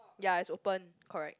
ya is open correct